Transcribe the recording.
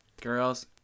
girls